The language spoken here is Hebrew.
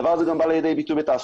הדבר הזה גם בא לידי ביטוי בתעסוקה.